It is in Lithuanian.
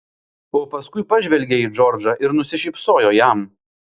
o paskui pažvelgė į džordžą ir nusišypsojo jam